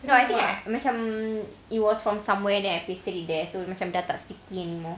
you know I think macam um it was from somewhere then I pasted it there so macam dah tak sticky anymore